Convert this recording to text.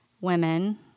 women